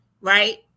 right